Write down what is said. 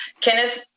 Kenneth